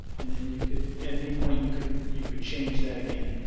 and then you could any point you could you could change that again.